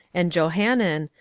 and johanan,